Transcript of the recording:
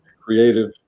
creative